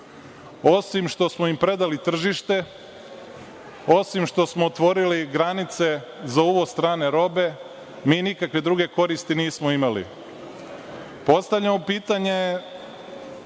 Osim što smo im predali tržište, osim što smo otvorili granice za uvoz strane robe, mi nikakve druge koristi nismo imali. Postavljamo pitanje